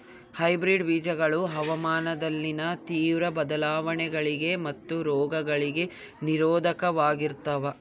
hybrid ಬೇಜಗಳು ಹವಾಮಾನದಲ್ಲಿನ ತೇವ್ರ ಬದಲಾವಣೆಗಳಿಗೆ ಮತ್ತು ರೋಗಗಳಿಗೆ ನಿರೋಧಕವಾಗಿರ್ತವ